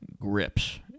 grips